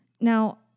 Now